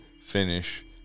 finish